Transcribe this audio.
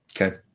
Okay